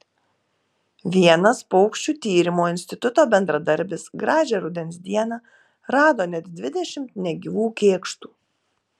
vienas paukščių tyrimo instituto bendradarbis gražią rudens dieną rado net dvidešimt negyvų kėkštų